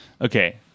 Okay